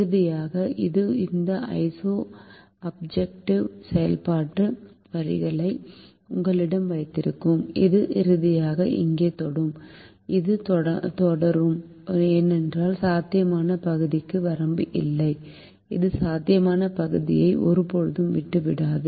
இறுதியாக இது இந்த ஐசோ ஆப்ஜெக்டிவ் செயல்பாட்டு வரிகளை உங்களிடம் வைத்திருக்கும் அது இறுதியாக இங்கே தொடும் அது தொடரும் ஏனென்றால் சாத்தியமான பகுதிக்கு வரம்பு இல்லை அது சாத்தியமான பகுதியை ஒருபோதும் விட்டுவிடாது